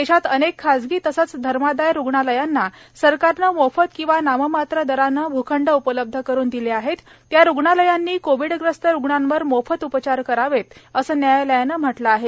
देशात अनेक खासगी तसंच धर्मदाय रुग्णालयांना सरकारने मोफत किंवा नाममात्र दराने भूखंड उपलब्ध करून दिलेले आहेत त्या रुग्णालयांनी कोविडग्रस्त रुग्णांवर मोफत उपचार करावेत असं न्यायालयानं म्हटलं आहे